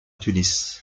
tunis